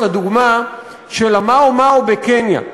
את הדוגמה של ה"מאו-מאו" בקניה.